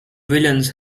villains